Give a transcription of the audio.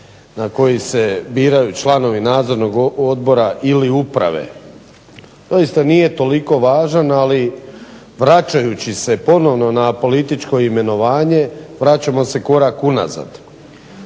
na koji se biraju članovi nadzornog odbora ili uprave doista nije toliko važan. Ali vračajući se ponovno na političko imenovanje. Vraćamo se korak unazad,